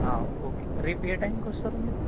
okay రేపు ఏ టైమ్కి వస్తారు మీరు